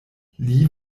lee